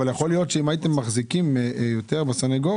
אבל יכול להיות שאם הייתם מחזיקים יותר בסנגוריה,